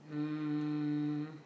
um